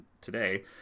today